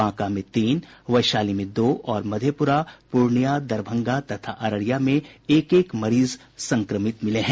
बांका में तीन वैशाली में दो और मधेपुरा पूर्णियां दरभंगा तथा अररिया में एक एक मरीज संक्रमित मिले हैं